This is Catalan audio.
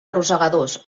rosegadors